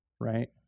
right